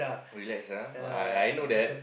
relax ah I I know that